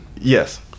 Yes